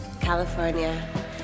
California